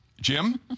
Jim